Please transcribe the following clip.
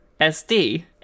SD